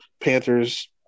Panthers